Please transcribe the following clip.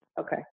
Okay